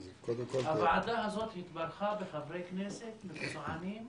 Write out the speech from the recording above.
הוועדה הזאת התברכה בחברי כנסת מקצועניים,